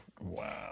Wow